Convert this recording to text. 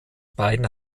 beiden